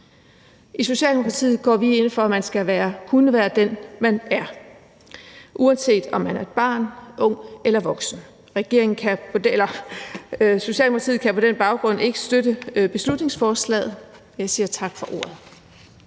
I Socialdemokratiet går vi ind for, at man skal kunne være den, man er, uanset om man er barn, ung eller voksen. Socialdemokratiet kan på den baggrund ikke støtte beslutningsforslaget. Jeg siger tak for ordet.